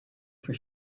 for